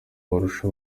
barusha